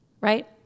right